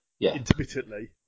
intermittently